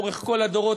לאורך כל הדורות,